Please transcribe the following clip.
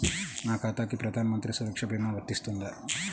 నా ఖాతాకి ప్రధాన మంత్రి సురక్ష భీమా వర్తిస్తుందా?